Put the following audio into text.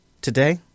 today